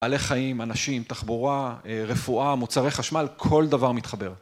בעלי חיים, אנשים, תחבורה, רפואה, מוצרי חשמל, כל דבר מתחבר.